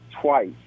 twice